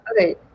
Okay